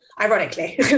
Ironically